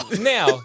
Now